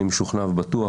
אני משוכנע ובטוח